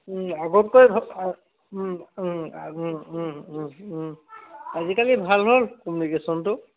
আগতকৈ আজিকালি ভাল হ'ল কমিউনিকেশ্যনটো